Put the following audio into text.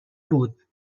بود